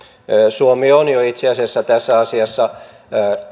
suomi on jo itse asiassa tässä asiassa